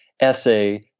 essay